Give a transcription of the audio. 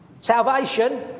Salvation